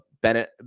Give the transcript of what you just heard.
Bennett